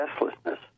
restlessness